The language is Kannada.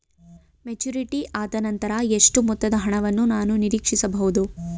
ಮೆಚುರಿಟಿ ಆದನಂತರ ಎಷ್ಟು ಮೊತ್ತದ ಹಣವನ್ನು ನಾನು ನೀರೀಕ್ಷಿಸ ಬಹುದು?